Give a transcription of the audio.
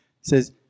says